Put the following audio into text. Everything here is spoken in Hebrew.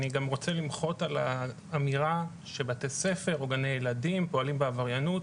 אני גם רוצה למחות על האמירה שבתי ספר או גני ילדים פועלים בעבריינות.